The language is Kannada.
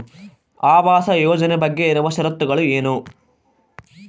ಆವಾಸ್ ಯೋಜನೆ ಬಗ್ಗೆ ಇರುವ ಶರತ್ತುಗಳು ಏನು?